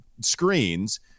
screens